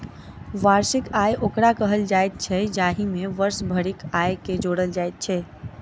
वार्षिक आय ओकरा कहल जाइत छै, जाहि मे वर्ष भरिक आयके जोड़ल जाइत छै